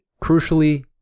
crucially